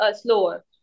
slower